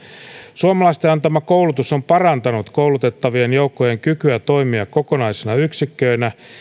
suomalaisten antama koulutus on parantanut koulutettavien joukkojen kykyä toimia kokonaisina yksikköinä